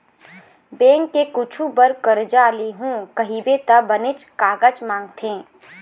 bank ले कुछु बर करजा लेहूँ कहिबे त बनेच कागज मांगथे